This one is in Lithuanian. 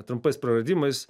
trumpais praradimais